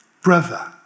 Brother